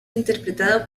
interpretado